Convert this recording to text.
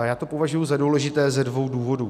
Já to považuji za důležité ze dvou důvodů.